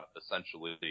essentially